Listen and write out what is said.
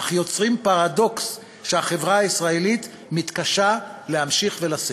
אך יוצרים פרדוקס שהחברה הישראלית מתקשה להמשיך ולשאת.